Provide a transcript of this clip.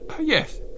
Yes